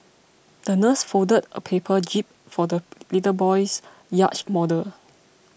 the nurse folded a paper jib for the little boy's yacht model